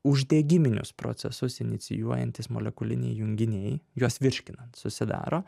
uždegiminius procesus inicijuojantys molekuliniai junginiai juos virškinant susidaro